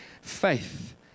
faith